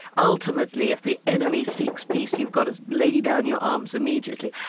ultimately, if the enemy seeks peace, you've got to lay down your arms immediately.